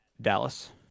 dallas